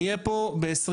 נהיה פה ב-26,000.